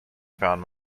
found